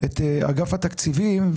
את אגף התקציבים.